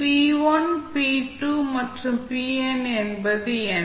p1 p2 மற்றும் pn என்பது என்ன